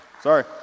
Sorry